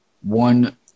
one